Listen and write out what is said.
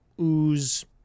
ooze